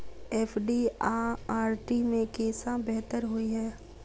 FD आ RD मे केँ सा बेहतर होइ है?